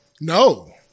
No